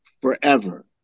forever